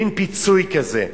מין פיצוי כזה.